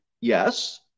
Yes